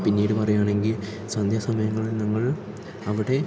പിന്നീട് പറയുകയാണെങ്കിൽ സന്ധ്യാ സമയങ്ങളിൽ ഞങ്ങൾ അവിടെ